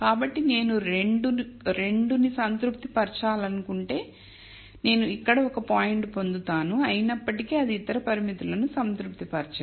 కాబట్టి నేను 2 ని సంతృప్తిపరచాలనుకుంటే నేను ఇక్కడ ఒక పాయింట్ పొందుతాను అయినప్పటికీ అది ఇతర పరిమితులను సంతృప్తిపరచదు